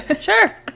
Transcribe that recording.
sure